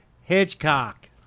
Hitchcock